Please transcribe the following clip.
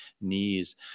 knees